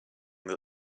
that